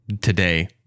today